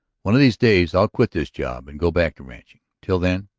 one of these days i'll quit this job and go back to ranching. until then.